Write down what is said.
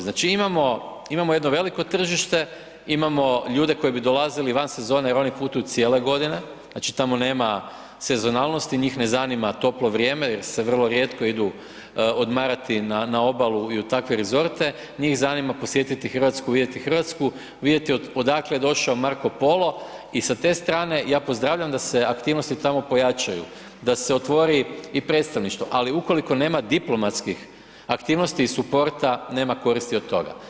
Znači imamo jedno veliko tržište, imamo ljude koji bi dolazili van sezone jer oni putuju cijele godine, znači, tamo nema sezonalnosti, njih ne zanima toplo vrijeme, jer se vrlo rijetko idu odmarati na obalu i u takve rezorte, njih zanima posjetiti RH, vidjeti RH, vidjeti odakle je došao Marko Polo i sa te strane ja pozdravljam da se aktivnosti tamo pojačaju, da se otvori i predstavništvo, ali ukoliko nema diplomatskih aktivnosti i suporta nema koristi od toga.